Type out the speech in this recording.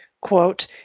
quote